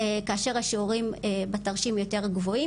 כאשר השיעורים בתרשים יותר גבוהים,